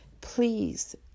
please